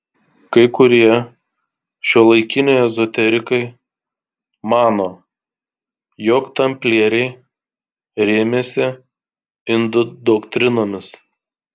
kai kurie šiuolaikiniai ezoterikai mano jog tamplieriai rėmėsi indų doktrinomis